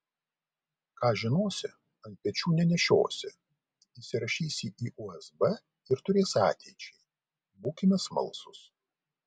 ką žinosi ant pečių nenešiosi įsirašysi į usb ir turėsi ateičiai būkime smalsūs